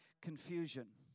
confusion